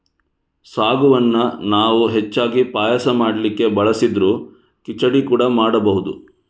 ಸಾಗುವನ್ನ ನಾವು ಹೆಚ್ಚಾಗಿ ಪಾಯಸ ಮಾಡ್ಲಿಕ್ಕೆ ಬಳಸಿದ್ರೂ ಖಿಚಡಿ ಕೂಡಾ ಮಾಡ್ಬಹುದು